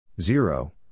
Zero